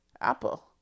Apple